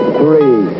three